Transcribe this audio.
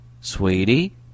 Sweetie